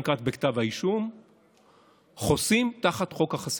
כץ בכתב האישום חוסים תחת חוק החסינות?